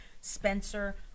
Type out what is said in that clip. Spencer